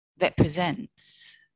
represents